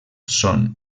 són